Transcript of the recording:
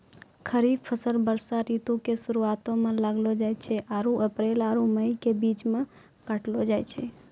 खरीफ फसल वर्षा ऋतु के शुरुआते मे लगैलो जाय छै आरु अप्रैल आरु मई के बीच मे काटलो जाय छै